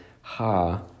ha